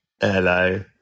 Hello